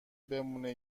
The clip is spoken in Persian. بمونه